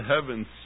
heavens